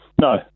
No